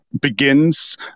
begins